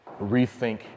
rethink